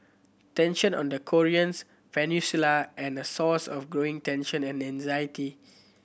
tension on the Koreans peninsula and a source of growing tension and anxiety